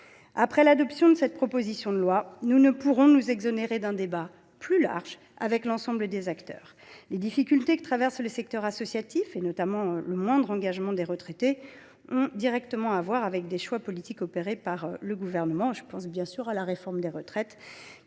Après l’adoption de cette proposition de loi, nous ne pourrons nous exonérer d’un débat plus large, avec l’ensemble des acteurs. Les difficultés que traverse le secteur associatif, et notamment le moindre engagement des retraités, ont directement à voir avec des choix politiques opérés par ce gouvernement. Je pense bien sûr à la réforme des retraites,